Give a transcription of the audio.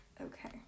Okay